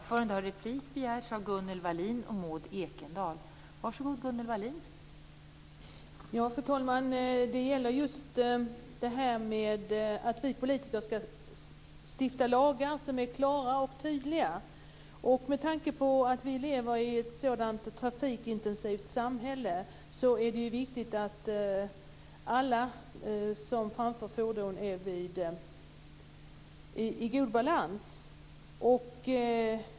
Fru talman! Det gäller just att vi politiker skall stifta lagar som är klara och tydliga. Med tanke på att vi lever i ett så trafikintensivt samhälle är det viktigt att alla som framför fordon är i god balans.